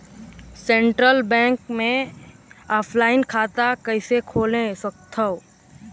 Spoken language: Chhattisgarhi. सेंट्रल बैंक मे ऑफलाइन खाता कइसे खोल सकथव?